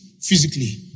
physically